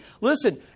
listen